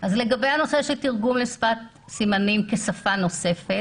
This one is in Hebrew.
לגבי נושא של תרגום שפת סימנים כשפה נוספת